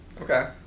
okay